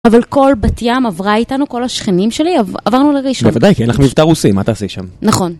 אבל כל בת ים עברה איתנו, כל השכנים שלי עברנו לראשון. בוודאי, כי אין לך מבטא רוסי, מה תעשי שם? נכון.